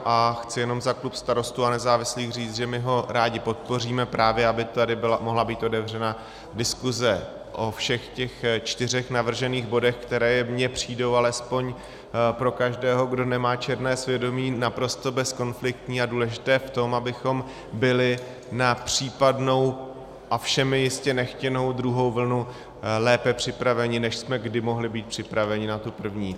A chci jenom za klub Starostů a nezávislých říct, že my ho rádi podpoříme, právě aby tady mohla být otevřena diskuse o všech těch čtyřech navržených bodech, které mně přijdou alespoň pro každého, kdo nemá černé svědomí, naprosto bezkonfliktní a důležité v tom, abychom byli na případnou a všemi jistě nechtěnou druhou vlnu lépe připraveni, než jsme kdy mohli být připraveni na tu první.